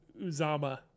Uzama